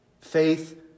Faith